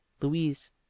Louise